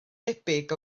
debyg